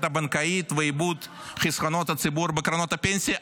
הבנקאית ואיבוד חסכונות הציבור בקרנות הפנסיה.